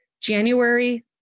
January